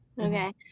okay